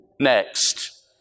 Next